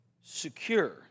secure